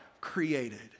created